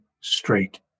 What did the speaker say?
straight